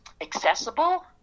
accessible